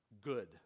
good